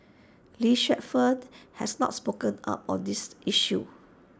lee Suet Fern has not spoken up on this issue